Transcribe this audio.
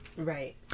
Right